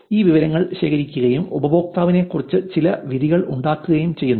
ഈ വിവരങ്ങൾ ശേഖരിക്കുകയും ഉപയോക്താവിനെക്കുറിച്ച് ചില വിധികൾ ഉണ്ടാക്കുകയും ചെയ്യുന്നു